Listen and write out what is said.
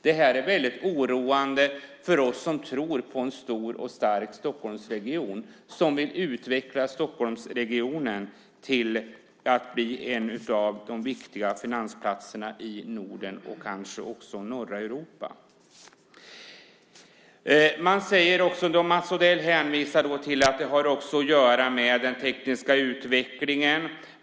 Det är väldigt oroande för oss som tror på en stor och stark Stockholmsregion, som vill utveckla Stockholmsregionen till att bli en av de viktiga finansplatserna i Norden och kanske också i norra Europa. Mats Odell hänvisar till att det har att göra med den tekniska utvecklingen.